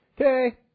Okay